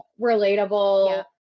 relatable